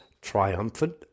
Triumphant